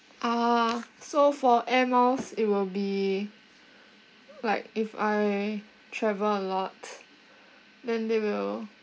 ah so for air miles it will be like if I travel a lot then they will